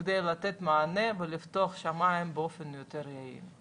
כדי לתת מענה ולפתוח את השמים באופן יותר יעיל.